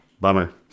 Bummer